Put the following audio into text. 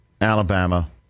Alabama